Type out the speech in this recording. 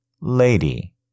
lady